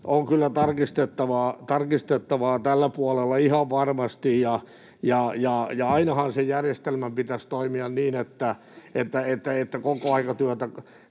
kuin tarkistettavaa tällä puolella ihan varmasti. Ja ainahan järjestelmän pitäisi toimia niin, että kokoaikatyötä